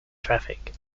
traffic